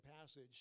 passage